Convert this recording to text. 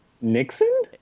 Nixon